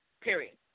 period